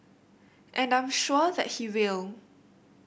and I'm sure that he will